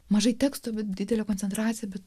mažai teksto bet didelė koncentracija bet